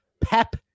pep